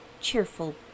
cheerful